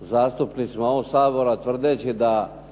zastupnicima ovog Sabora tvrdeći da